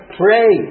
pray